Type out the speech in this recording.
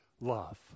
love